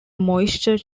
moisture